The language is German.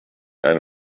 ein